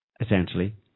essentially